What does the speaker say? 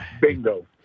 Bingo